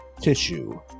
Tissue